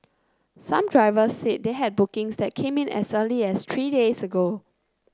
some drivers said they had bookings that came in as early as three days ago